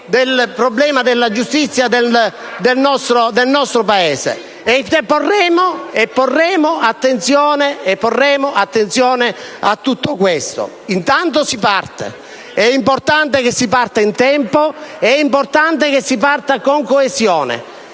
del sistema della giustizia nel nostro Paese. Porremo attenzione a tutto questo. Intanto si parte. È importante partire in tempo. È importante partire con coesione.